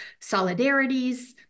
solidarities